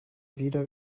wieder